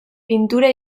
pintura